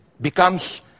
becomes